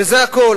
וזה הכול.